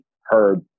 heard